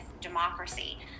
democracy